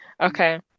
Okay